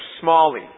Smalley